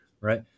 right